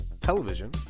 television